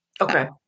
Okay